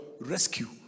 rescue